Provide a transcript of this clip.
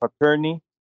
attorney